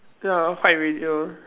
ya one white radio